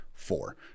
Four